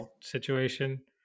situation